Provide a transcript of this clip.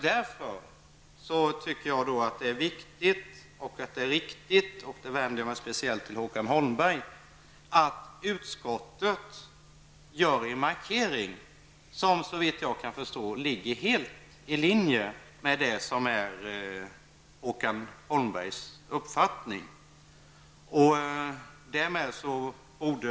Därför tycker jag det är viktigt och riktigt -- nu vänder jag mig speciellt till Håkan Holmberg -- att utskottet gör en markering som, såvitt jag kan förstå, ligger helt i linje med Håkan Holmbergs uppfattning.